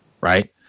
Right